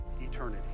eternity